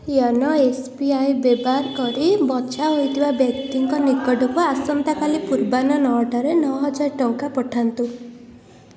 YONO S B I ବ୍ୟବହାର କରି ବଛା ହୋଇଥିବା ବ୍ୟକ୍ତିଙ୍କ ନିକଟକୁ ଆସନ୍ତାକାଲି ପୂର୍ବାହ୍ନ ନଅ ଟାରେ ନଅହଜାର ଟଙ୍କା ପଠାନ୍ତୁ